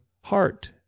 heart